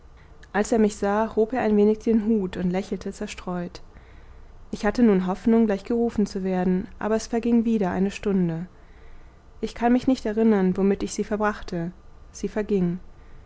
als er mich sah hob er ein wenig den hut und lächelte zerstreut ich hatte nun hoffnung gleich gerufen zu werden aber es verging wieder eine stunde ich kann mich nicht erinnern womit ich sie verbrachte sie verging